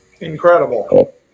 Incredible